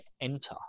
enter